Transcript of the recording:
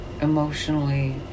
emotionally